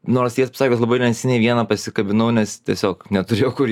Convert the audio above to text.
nors tiesą sakant labai neseniai vieną pasikabinau nes tiesiog neturėjo kur